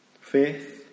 Faith